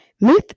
Myth